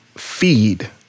Feed